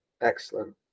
Excellent